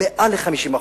ליותר מ-50%.